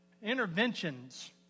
Interventions